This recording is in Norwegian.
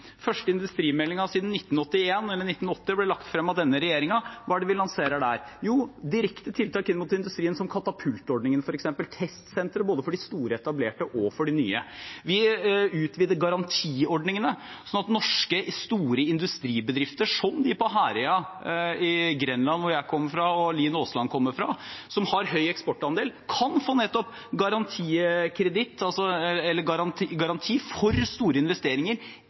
første industrimeldingen siden 1980 ble lagt frem av denne regjeringen. Hva er det vi lanserer der? Jo, direkte tiltak inn mot industrien, som katapultordningen, f.eks., testsenteret både for de store, etablerte og for de nye. Vi utvider garantiordningene, sånn at store norske industribedrifter, som de på Herøya i Grenland, hvor jeg kommer fra, og hvor representanten Lien Aasland kommer fra, som har en høy eksportandel, kan få nettopp garanti